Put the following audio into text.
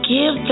Give